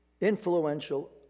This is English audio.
influential